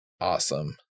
awesome